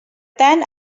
tant